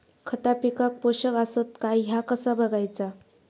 खता पिकाक पोषक आसत काय ह्या कसा बगायचा?